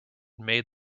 made